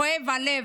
כואב הלב.